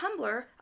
Tumblr